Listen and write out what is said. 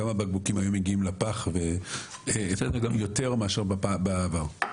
כמה בקבוקים היו מגיעים לפח יותר מאשר בעבר.